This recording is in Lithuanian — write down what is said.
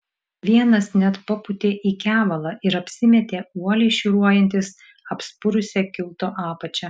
vienas net papūtė į kevalą ir apsimetė uoliai šiūruojantis apspurusia kilto apačia